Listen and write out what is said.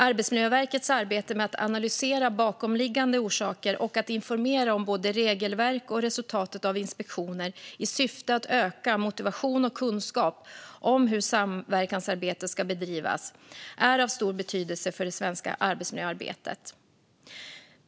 Arbetsmiljöverkets arbete med att analysera bakomliggande orsaker och att informera om både regelverk och resultatet av inspektioner, i syfte att öka både motivation och kunskap om hur samverkansarbetet ska bedrivas, är av stor betydelse för det svenska arbetsmiljöarbetet.